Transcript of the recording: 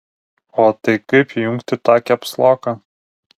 o tai kaip įjungti tą kepsloką